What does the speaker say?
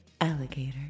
alligator